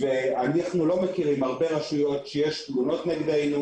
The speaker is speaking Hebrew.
אנחנו לא מכירים הרבה רשויות שיש תלונות נגדנו